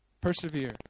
persevere